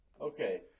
Okay